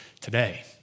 today